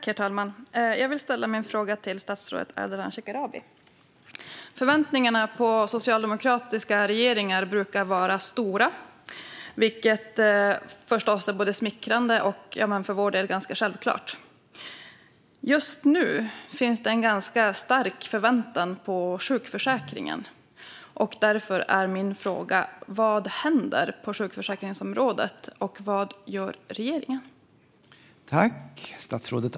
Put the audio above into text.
Herr talman! Jag vill ställa min fråga till statsrådet Ardalan Shekarabi. Förväntningarna på socialdemokratiska regeringar brukar vara stora, vilket förstås är smickrande och för vår del ganska självklart. Just nu finns det en ganska stark förväntan på sjukförsäkringen. Därför är min fråga vad som händer på sjukförsäkringsområdet och vad regeringen gör.